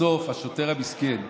בסוף השוטר המסכן,